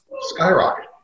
skyrocket